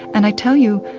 and i tell you,